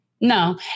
No